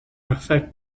affect